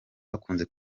bakunze